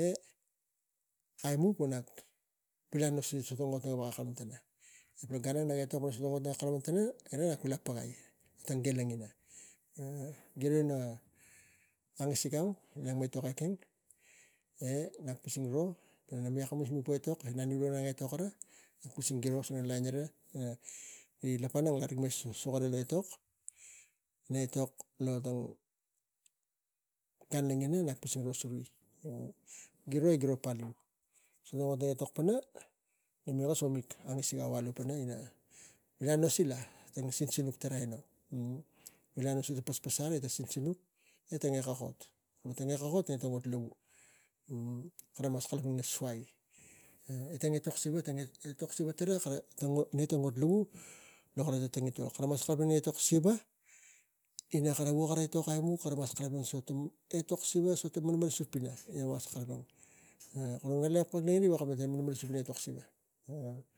e aimuk vo nak vila nos nos so ami tang gan ang nak etok na kana nak kalapang tana e vila pagai loge langina, giro ma angasik au ina me etok ekeng e nak pising ro lo mi akamus ana mi ro kusing giro e gi lak kana suka tang etok na etok ina gan lagina nak pising giro e giro paliu so tang ot naga etok pana na mik kes mig angasik vua lu tana alu vila nosi la tara sinsinuk tara aino vila aroi ina paspasal sinsinuk e nge kokot tang e kokot tang kara mas kalapang ina suai tang etok siva tang etok etok siva tara ne tang ot lavu lo kara tang tangitol. Etok siva ina kara vukani aimuk kara sinuk tang etok siva tang so tang ot pana kara mas kalapang e kara ngalakek pakik riga veko kalapang pana malmalasup ina etok siva.